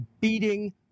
beating